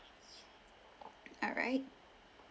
alright